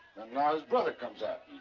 now, his brother comes after